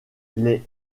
les